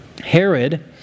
Herod